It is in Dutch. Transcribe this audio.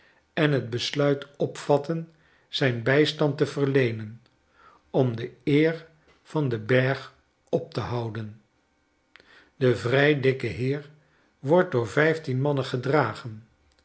en t besluit opvatten zijn bijstand te verleenen om de eer van den berg op te houden de vry dikke heer wordt door vijftien mannen gedragen